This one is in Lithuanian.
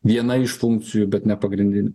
viena iš funkcijų bet ne pagrindinė